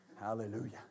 Hallelujah